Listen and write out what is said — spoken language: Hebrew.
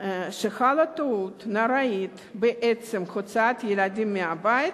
שחלה טעות נוראית בעצם הוצאת ילדים מהבית,